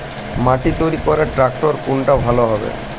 মাটি তৈরি করার ট্রাক্টর কোনটা ভালো হবে?